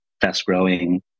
fast-growing